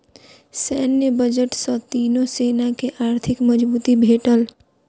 सैन्य बजट सॅ तीनो सेना के आर्थिक मजबूती भेटल